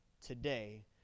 today